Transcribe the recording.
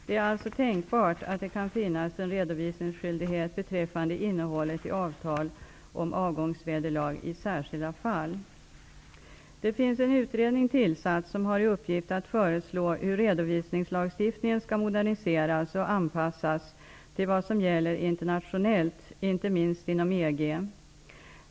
Det är alltså tänkbart att det kan finnas en redovisningsskyldighet beträffande innehållet i avtal om avgångsvederlag i särskilda fall. Det finns en utredning tillsatt som har i uppgift att föreslå hur redovisningslagstiftningen skall moderniseras och anpassas till vad som gäller internationellt, inte minst inom EG.